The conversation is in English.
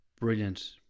brilliant